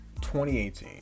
2018